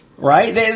Right